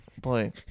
boy